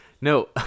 No